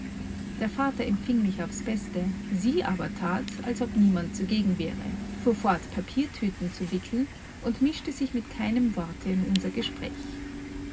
der vater empfing mich aufs beste sie aber tat als ob niemand zugegen wäre fuhr fort papiertüten zu wickeln und mischte sich mit keinem worte in unser gespräch